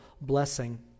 blessing